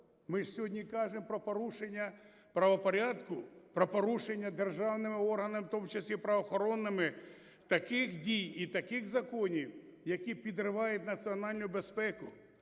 Ми ж сьогодні кажемо про порушення правопорядку, про порушення державними органами, в тому числі правоохоронними, таких дій і таких законів, які підривають національну безпеку.